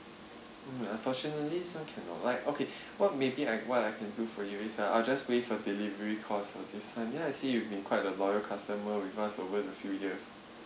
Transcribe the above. mm unfortunately this one cannot like okay what maybe I what I can do for you is uh I'll just waive the delivery cost on this one ya I see you've been quite a loyal customer with us over a few years